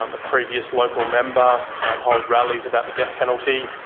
um a previous local member um hold rallies about the death penalty.